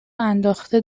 انداخته